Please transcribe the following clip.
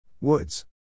Woods